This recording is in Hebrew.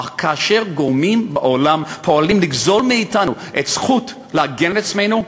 אך כאשר גורמים בעולם פועלים לגזול מאתנו את הזכות להגן על עצמנו,